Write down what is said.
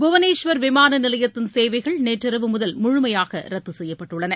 புவனேஸ்வர் விமான நிலையத்தின் நேற்றிரவு முதல் முழுமையாக ரத்து செய்யப்பட்டுள்ளன